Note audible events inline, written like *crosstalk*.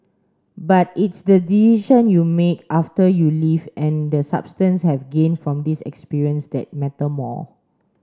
but its the *unintelligible* you make after you leave and the substance have gained from this experience that matter more